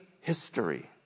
history